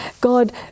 God